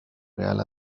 real